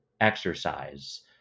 exercise